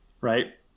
right